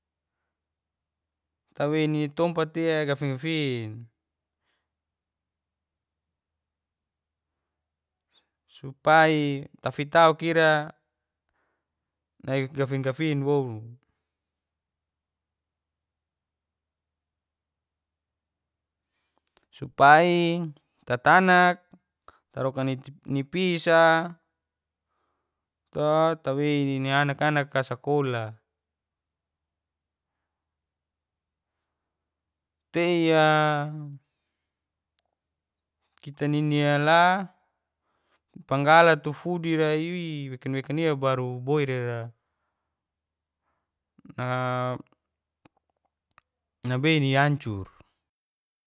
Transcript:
Tawei ni tompatia gafinfin supai tafitauk ira nai gafin gafin woun supai tatanak tarokani pisa to tawei nini anak anaka sakola teia teia kitanini la panggala tu fudi ra'i wekan wekania baru boira nabei nancur